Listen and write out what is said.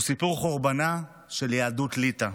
הוא סיפור חורבנה של יהדות ליטא,